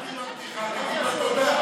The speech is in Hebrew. שמעתי בפתיחה,